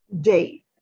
date